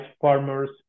farmers